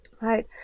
right